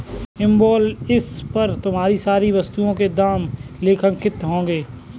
invoice पर तुम्हारे सारी वस्तुओं के दाम लेखांकित होंगे